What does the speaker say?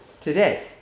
today